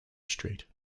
street